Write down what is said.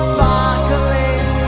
Sparkling